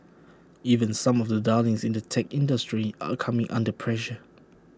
even some of the darlings in the tech industry are coming under pressure